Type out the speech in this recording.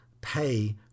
pay